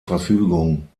verfügung